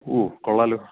ഓ കൊള്ളാമല്ലോ